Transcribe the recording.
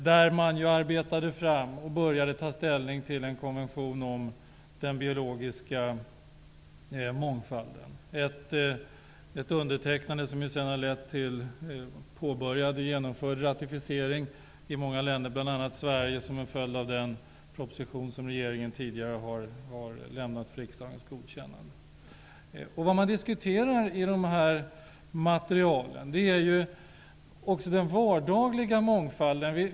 Där arbetade man fram och började ta ställning till en konvention om den biologiska mångfalden, ett undertecknande som sedan har lett till påbörjad och genomförd ratificering av många länder, bl.a. Sverige. Det var en följd av den proposition som regeringen tidigare har lämnat för riksdagens godkännande. Det man diskuterar i de här materialen är också den vardagliga mångfalden.